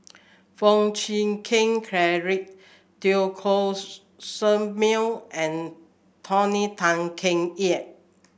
Foo Chee Keng Cedric Teo Koh Sock Miang and Tony Tan Keng Yam